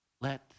Let